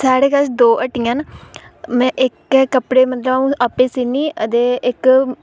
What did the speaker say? साढ़े कश दो हट्टियां न में इक कपड़े मतलब सीनी अदे इक